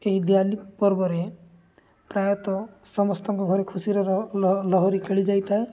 ଏହି ଦିଆଲି ପର୍ବରେ ପ୍ରାୟତଃ ସମସ୍ତଙ୍କ ଘରେ ଖୁସିର ଲହରି ଖେଳି ଯାଇଥାଏ